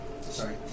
sorry